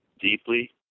deeply